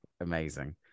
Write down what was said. Amazing